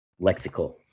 lexical